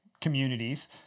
communities